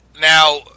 now